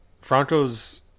Franco's